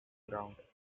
ground